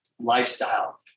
lifestyle